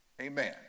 Amen